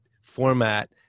format